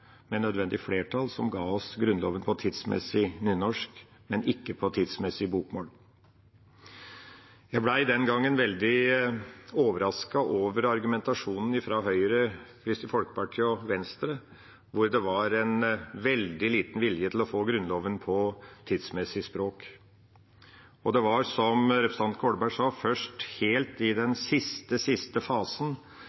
med nødvendig flertall som ga oss Grunnloven på tidsmessig nynorsk, men ikke på tidsmessig bokmål. Jeg ble den gangen veldig overrasket over argumentasjonen fra Høyre, Kristelig Folkeparti og Venstre, hvor det var veldig liten vilje til å få Grunnloven på tidsmessig språk. Det var, som representanten Kolberg sa, først helt i den